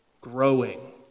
growing